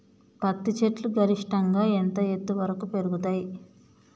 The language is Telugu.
పత్తి చెట్లు గరిష్టంగా ఎంత ఎత్తు వరకు పెరుగుతయ్?